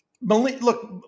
look